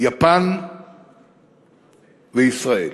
יפן וישראל.